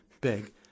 big